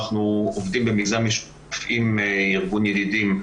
אנחנו עובדים במיזם משותף עם ארגון "ידידים",